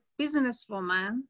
businesswoman